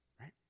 Right